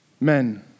men